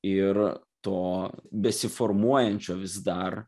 ir to besiformuojančio vis dar